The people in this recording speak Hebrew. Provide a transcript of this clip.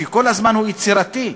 שכל הזמן הוא יצירתי,